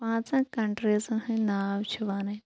پانژھَن کَنٹریزَن ہٕنٛدۍ ناو چھِ وَنٕنۍ